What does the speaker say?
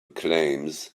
claims